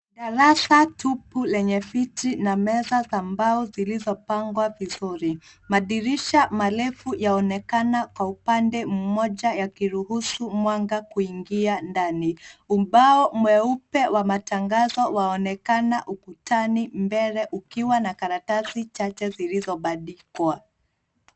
Darasa tupu lenye viti na meza za bao zilizopadwa vizuri ,madirisha marefu yanaonekana kwa upande mmoja yakiruhusu mwanga kuingia ndani. Ubao mweupe wa matagazo waonekana ukutani mbele ukiwa na karatasi chache zilizobadikwa.